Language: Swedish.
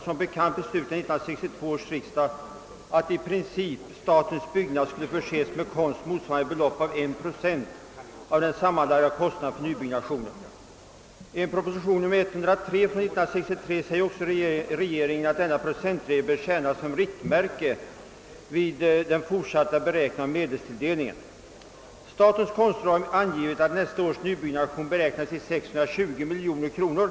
Som bekant beslutade 1963 års riksdag att i princip statens byggnader skulle förses med konst motsvarande ett belopp av 1 procent av den sammanlagda kostnaden för nybyggnationen. I propositionen 1963: 103 säger också departementschefen att enprocentsregeln bör tjäna som riktmärke vid den fortsatta beräkningen av medelstilldelningen. Statens konstråd har angivit att nästa års kostnader för nybyggnation beräknas till 620 miljoner kronor.